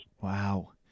Wow